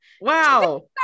Wow